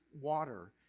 water